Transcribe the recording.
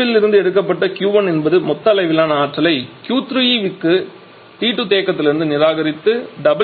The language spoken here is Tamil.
Q2 வில் இருந்து எடுக்கப்பட்ட Q1 என்பது மொத்த அளவிலான ஆற்றலை Q3 விற்கு T2 தேக்கத்திலிருந்து நிராகரித்து